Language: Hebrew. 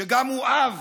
שגם הוא אב